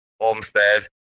Homestead